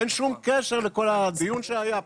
אין שום קשר לכל הדיון שהיה פה.